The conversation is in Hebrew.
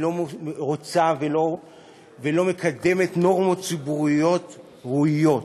רוצה ואינה מקדמת נורמות ציבוריות ראויות,